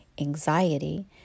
Anxiety